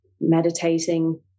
meditating